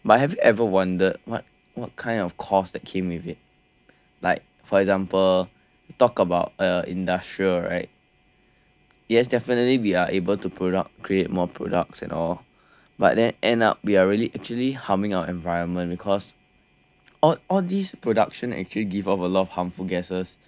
but have you ever wondered what what kind of cost that came with it like for example talk about uh industrial right yes definitely we are able to product create more products and all but then end up we are really actually harming our environment because all all this production actually give off a lot of harmful gases